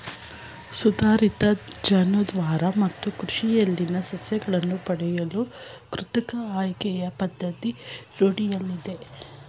ಸುಧಾರಿತ ಜಾನುವಾರು ಮತ್ತು ಕೃಷಿಯಲ್ಲಿನ ಸಸ್ಯಗಳನ್ನು ಪಡೆಯಲು ಕೃತಕ ಆಯ್ಕೆಯ ಪದ್ಧತಿ ರೂಢಿಯಲ್ಲಿದೆ